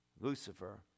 Lucifer